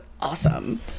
awesome